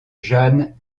jeanne